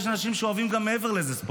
יש אנשים שאוהבים ספורט גם מעבר לזה.